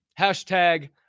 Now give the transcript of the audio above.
hashtag